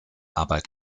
arbeit